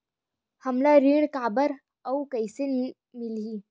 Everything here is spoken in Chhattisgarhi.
हमला ऋण काबर अउ कइसे मिलही?